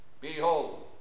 Behold